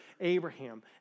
Abraham